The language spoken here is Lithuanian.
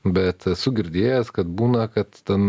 bet esu girdėjęs kad būna kad ten